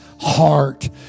heart